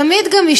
תמיד גם,